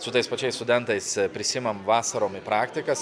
su tais pačiais studentais prisiimam vasarom į praktikas